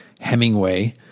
Hemingway